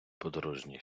подорожній